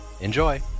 Enjoy